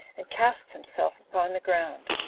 and cast himself upon the ground,